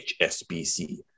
HSBC